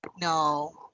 No